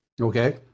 Okay